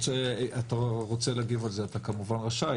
אם אתה רוצה להגיב על זה אתה כמובן רשאי.